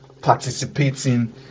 participating